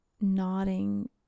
nodding